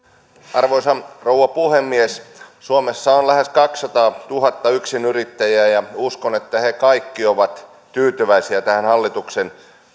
arvoisa rouva puhemies suomessa on lähes kaksisataatuhatta yksinyrittäjää ja uskon että he kaikki ovat tyytyväisiä tähän hallituksen